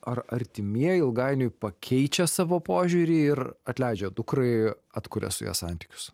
ar artimieji ilgainiui pakeičia savo požiūrį ir atleidžia dukrai atkuria su ja santykius